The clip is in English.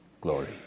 glory